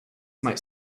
might